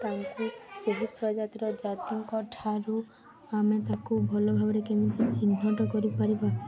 ତାଙ୍କୁ ସେହି ପ୍ରଜାତିର ଜାତିଙ୍କ ଠାରୁ ଆମେ ତାକୁ ଭଲ ଭାବରେ କେମିତି ଚିହ୍ନଟ କରିପାରିବା